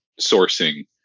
sourcing